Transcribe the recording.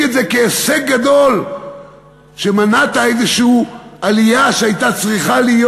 את זה כהישג גדול שמנעת איזו עלייה שהייתה צריכה להיות?